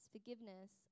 Forgiveness